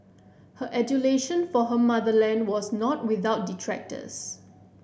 her adulation for her motherland was not without detractors